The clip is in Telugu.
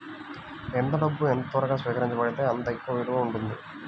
ఎంత డబ్బు ఎంత త్వరగా స్వీకరించబడితే అంత ఎక్కువ విలువ ఉంటుంది